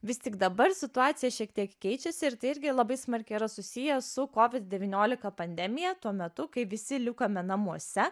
vis tik dabar situacija šiek tiek keičiasi ir tai irgi labai smarkiai yra susiję su covid devyniolika pandemija tuo metu kai visi likome namuose